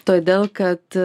todėl kad